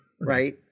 right